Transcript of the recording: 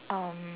um